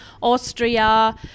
Austria